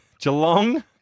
Geelong